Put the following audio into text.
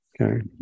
okay